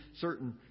certain